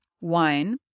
wine